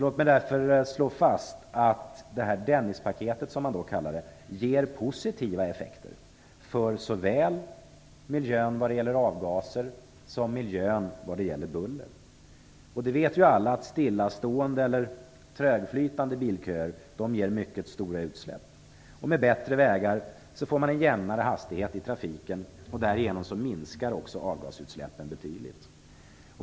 Låt mig därför slå fast att detta Dennispaket, som man kallar det, ger positiva effekter för såväl miljön vad gäller avgaser som miljön vad gäller buller. Det vet ju alla att stillastående eller trögflytande bilköer ger mycket stora utsläpp. Med bättre vägar får man en jämnare hastighet i trafiken, och därigenom minskar också avgasutsläppen betydligt.